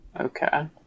Okay